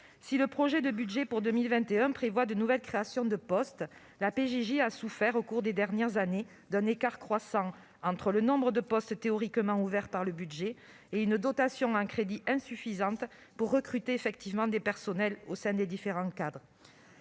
Si le projet de budget pour 2021 prévoit de nouvelles créations de postes, la PJJ a souffert, au cours des dernières années, d'un écart croissant entre le nombre de postes théoriquement ouverts par le budget et une dotation en crédits insuffisante pour recruter effectivement des personnels au sein des différents cadres.